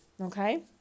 Okay